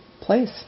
place